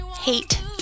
hate